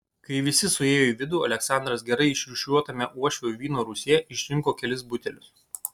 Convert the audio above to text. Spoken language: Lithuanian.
kai visi suėjo į vidų aleksandras gerai išrūšiuotame uošvio vyno rūsyje išrinko kelis butelius